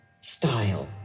style